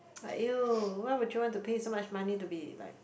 !aiyo! why will you want to pay so much money to be like